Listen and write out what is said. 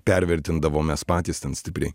pervertindavom mes patys ten stipriai